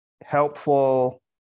helpful